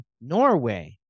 norway